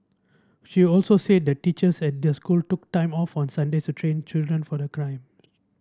she also said that the teachers at the school took time off on Sundays to train children for the climb